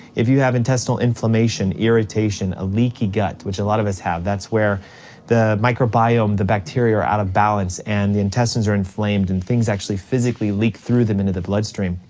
if you have intestinal inflammation, irritation, a leaky gut, which a lot of us have. that's where the microbiome, the bacteria, are out of balance and the intestines are inflamed and things actually leak through them into the bloodstream.